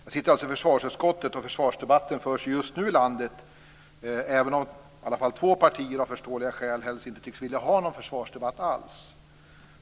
Jag sitter alltså med i försvarsutskottet, och försvarsdebatten förs ju just nu i landet, även om i alla fall två partier av förståeliga skäl helst inte tycks vilja ha någon försvarsdebatt alls.